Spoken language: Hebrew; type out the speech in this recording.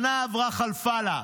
שנה עברה חלפה לה.